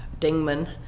Dingman